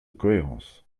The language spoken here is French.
cohérence